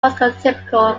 prototypical